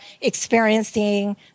experiencing